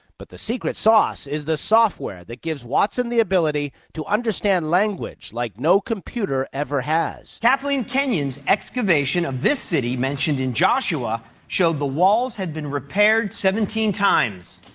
but the secret sauce is the software that gives watson the ability to understand language like no computer ever has. kathleen kenyon's excavation of this city mentioned in joshua showed the walls had been repaired seventeen times.